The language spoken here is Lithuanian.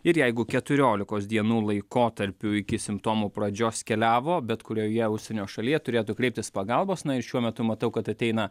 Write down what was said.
ir jeigu keturiolikos dienų laikotarpiu iki simptomų pradžios keliavo bet kurioje užsienio šalyje turėtų kreiptis pagalbos na ir šiuo metu matau kad ateina